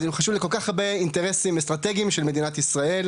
לכל כך הרבה אינטרסים אסטרטגיים של מדינת ישראל.